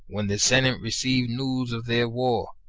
when the senate received news of their war,